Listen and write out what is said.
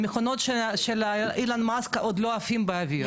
המכונות של אילון מאסק עוד לא עפים באוויר.